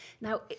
now